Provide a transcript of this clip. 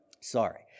Sorry